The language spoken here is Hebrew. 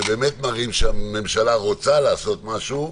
שבאמת מראים שם שהממשלה רוצה לעשות משהו,